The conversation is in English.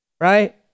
right